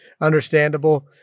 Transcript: understandable